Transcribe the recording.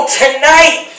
tonight